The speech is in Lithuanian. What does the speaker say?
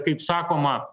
kaip sakoma